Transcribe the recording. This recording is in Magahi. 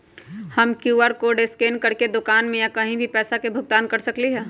हम कियु.आर कोड स्कैन करके दुकान में या कहीं भी पैसा के भुगतान कर सकली ह?